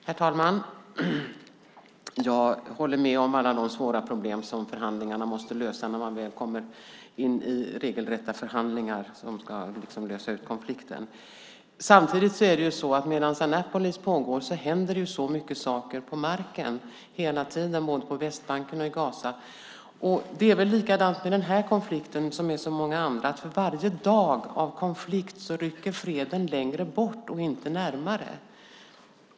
Herr talman! Jag håller med om alla de svåra problem som förhandlingarna måste lösa när man väl kommer in i regelrätta förhandlingar; de ska liksom lösa konflikten. Samtidigt är det så att medan Annapolis pågår händer det så mycket saker på marken hela tiden, både på Västbanken och i Gaza. Det är väl likadant med den här konflikten som med så många andra, att för varje dag av konflikt rycker freden längre bort och inte närmare.